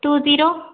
two zero